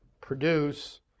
produce